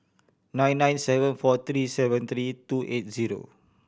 nine nine seven four three seven three two eight zero